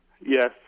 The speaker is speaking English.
Yes